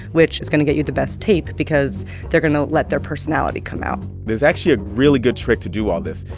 which is going to get you the best tape because they're going to let their personality come out there's actually a really good trick to do all this.